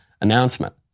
announcement